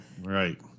right